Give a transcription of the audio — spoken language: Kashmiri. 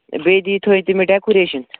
بیٚیہِ دِی تھٲوِو تُہۍ مےٚ ڈیکوٗریشَن